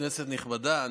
כנסת נכבדה,